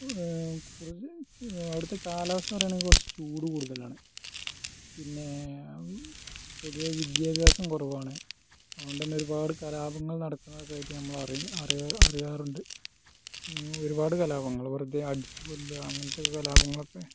അവിടത്തെ കാലാവസ്ഥ പറയാണെൽ കുറച്ച് ചൂട് കൂടുതലാണ് പിന്നെ പൊതുവെ വിദ്യാഭ്യാസം കുറവാണ് അതുകൊണ്ടെന്നെ ഒരുപാട് കലാപങ്ങൾ നടക്കുന്നതായിട്ട് ഞമ്മൾ അറിയും അറിയാൻ അറിയാറുണ്ട് ഒരുപാട് കലാപങ്ങൾ വെറുതെ അടിച്ച് കൊല്ലാ അങ്ങനത്തൊക്കെ കലാപങ്ങളൊക്കെ